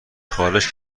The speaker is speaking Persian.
خارش